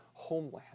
homeland